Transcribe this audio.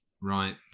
right